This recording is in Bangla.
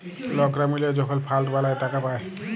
লকরা মিলে যখল ফাল্ড বালাঁয় টাকা পায়